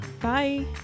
bye